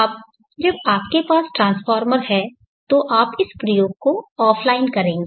अब जब आपके पास ट्रांसफार्मर है तो आप इस प्रयोग को ऑफ़लाइन करेंगे